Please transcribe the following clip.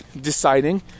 deciding